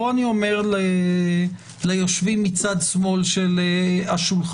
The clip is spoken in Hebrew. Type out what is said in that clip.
פה אני אומר ליושבים מצד שמאל של השולחן,